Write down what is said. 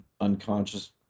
unconscious